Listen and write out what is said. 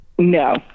no